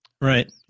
Right